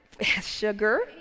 sugar